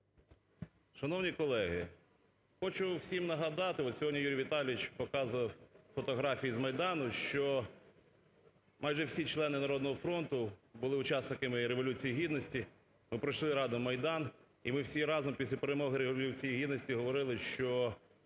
Шановні колеги! Хочу всім нагадати. От, сьогодні Юрій Віталійович показував фотографії з Майдану, що майже всі члени "Народного фронту" були учасниками Революції Гідності, ми пройшли разом Майдан. І ви всі разом після перемоги Революції Гідності говорили, що